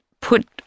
put